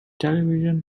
television